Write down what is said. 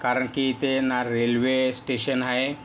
कारण की इथे ना रेल्वे स्टेशन आहे